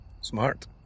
Smart